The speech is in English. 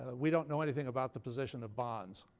we don't know anything about the position of bonds?